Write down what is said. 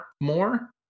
more